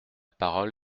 parole